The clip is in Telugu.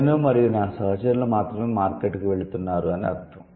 నేను మరియు నా సహచరులు మాత్రమే మార్కెట్కు వెళుతున్నారు అని అర్ధం